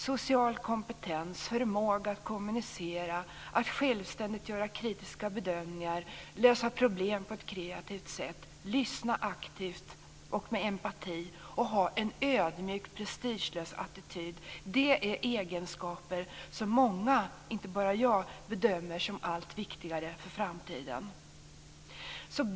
Social kompetens, förmåga att kommunicera, att självständigt göra kritiska bedömningar, att lösa problem på ett kreativt sätt, att lyssna aktivt med empati och att ha en ödmjuk prestigelös attityd är egenskaper som många, inte bara jag, bedömer som allt viktigare för framtiden.